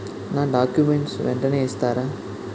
నా డాక్యుమెంట్స్ వెంటనే ఇస్తారా?